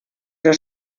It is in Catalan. però